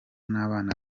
n’abana